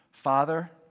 Father